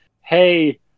hey